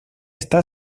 está